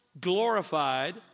glorified